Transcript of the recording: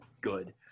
good